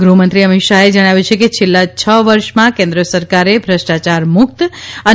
ગૃહમંત્રી અમીત શાહે જણાવ્યું છે કે છેલ્લાં છ વર્ષમાં કેન્રઓ સરકારે ભ્રષ્ટાચારમુક્ત અને